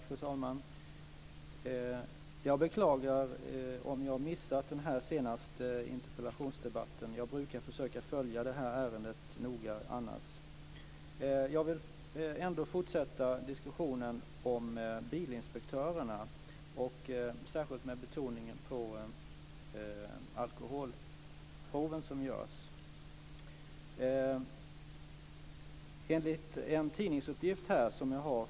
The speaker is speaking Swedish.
Fru talman! Jag beklagar om jag har missat den senaste interpellationsdebatten i ärendet. Jag brukar annars försöka följa detta noga. Jag vill ändå fortsätta diskussionen om bilinspektörerna, med särskild betoning på de alkoholprov som görs.